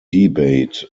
debate